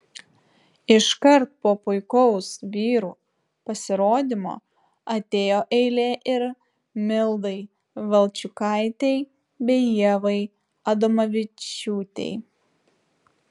iškart po puikaus vyrų pasirodymo atėjo eilė ir mildai valčiukaitei bei ievai adomavičiūtei